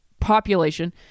population